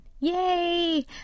yay